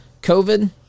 COVID